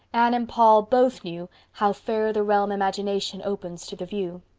anne and paul both knew how fair the realm imagination opens to the view,